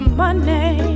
money